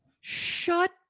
Shut